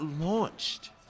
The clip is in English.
launched